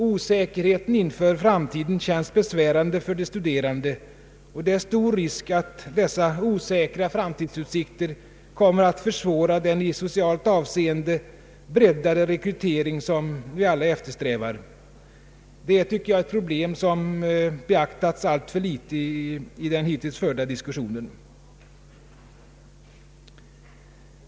Osäkerheten inför framtiden känns besvärande för de studerande, och det är stor risk att dessa osäkra framtidsutsikter kommer att försvåra den i socialt avseende breddade rekrytering som vi alla eftersträvar. Det tycker jag är ett problem som beaktas alltför litet i den hittills förda diskussionen.